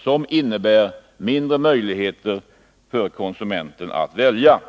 styr marknaden, vilket betyder mindre möjligheter för konsumenten att välja.